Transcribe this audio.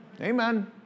Amen